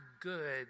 good